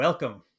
Welcome